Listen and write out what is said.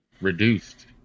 reduced